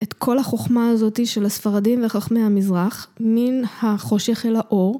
את כל החוכמה הזאת של הספרדים וחכמי המזרח מן החושך אל האור